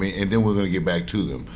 and then we're going to get back to them.